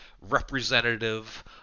representative